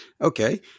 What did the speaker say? Okay